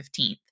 15th